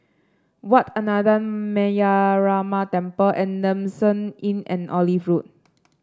Wat Ananda Metyarama Temple Adamson Inn and Olive Road